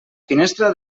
finestra